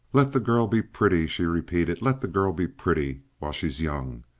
let the girl be pretty, she repeated let the girl be pretty while she's young.